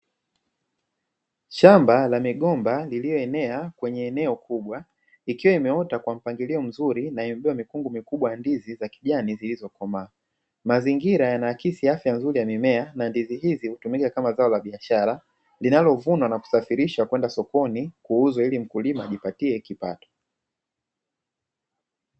Shamba kubwa lenye migomba iliyoenea eneo kubwa, ikiwa imeota Kwa mpangilio mzuri na ikwa ina mikungumikubwa ya ndizi za kijani zilizokomaa. Mazingira yanaakisi afya bora ya mimea na ndizi hizi hutumika kama zao la biashara linalovunwa na kusafirisha kwenda sokoni kuuzwa ili mkulima aweze kijipatia kipato.